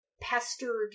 pestered